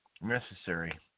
necessary